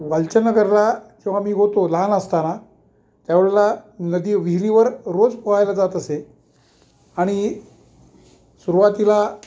वालचंदनगरला जेव्हा मी होतो लहान असताना त्यावेळेला नदी विहिरीवर रोज पोहायला जात असे आणि सुरूवातीला